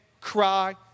cry